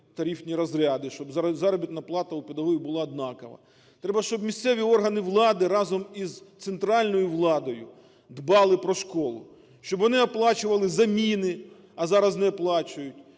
тарифні розряди, щоб заробітна плата у педагогів була однакова. Треба, щоб місцеві органи влади, разом із центральною владою дбали про школу, щоб вони оплачували заміни, а зараз не оплачують,